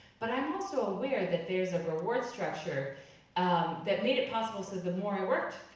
but i'm also aware that there's a reward structure that made it possible. so the more i worked,